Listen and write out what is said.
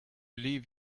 leave